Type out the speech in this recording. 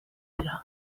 dira